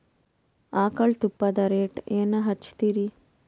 ಆಕಳ ತುಪ್ಪದ ರೇಟ್ ಏನ ಹಚ್ಚತೀರಿ?